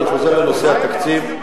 אני חוזר לנושא התקציב,